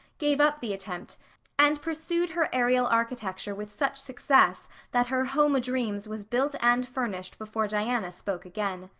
gave up the attempt and pursued her aerial architecture with such success that her home o'dreams was built and furnished before diana spoke again.